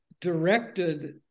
directed